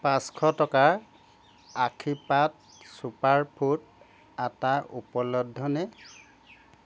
পাঁচশ টকাৰ Aashirvaad super food atta উপলব্ধ নে